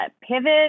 pivot